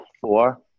four